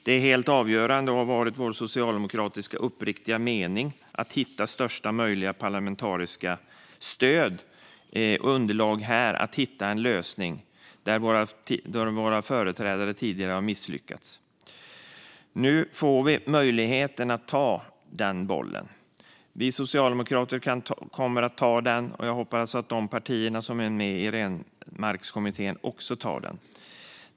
Det är helt avgörande och har varit vår uppriktiga socialdemokratiska mening att hitta största möjliga parlamentariska stöd och underlag för att hitta en lösning där våra företrädare tidigare har misslyckats. Nu får vi möjligheten att ta den bollen. Vi socialdemokrater kommer att ta den, och jag hoppas att de partier som är med i Renmarkskommittén också tar den.